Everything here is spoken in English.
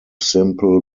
simple